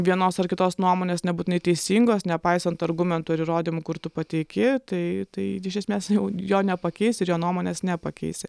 vienos ar kitos nuomonės nebūtinai teisingos nepaisant argumentų ir įrodymų kur tu pateiki tai tai iš esmės jau jo nepakeis ir jo nuomonės nepakeisi